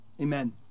amen